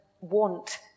want